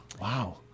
Wow